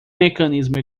mecanismo